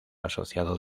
asociado